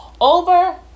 over